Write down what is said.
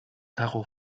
tacho